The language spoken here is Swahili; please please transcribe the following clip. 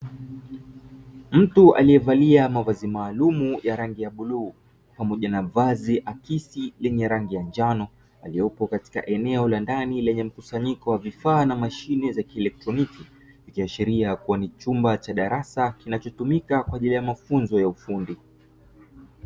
Mtu aliyevalia mavazi maalumu ya rangi ya bluu pamoja na vazi akisi lenye rangi ya njano, aliyepo katika eneo la ndani lenye mkusanyiko wa vifaa na mashine za kielektroniki. Ikiashiria kuwa ni chumba cha darasa kinachotumika kwa ajili ya mafunzo ya ufundi.